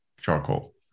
charcoal